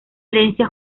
herencia